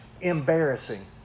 embarrassing